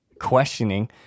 questioning